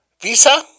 Visa